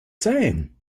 saying